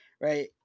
right